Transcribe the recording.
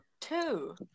Two